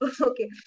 Okay